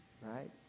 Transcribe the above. right